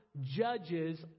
judges